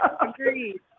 Agreed